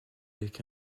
avec